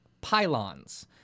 pylons